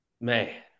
man